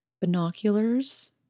Binoculars